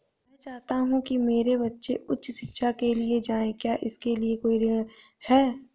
मैं चाहता हूँ कि मेरे बच्चे उच्च शिक्षा के लिए जाएं क्या इसके लिए कोई ऋण है?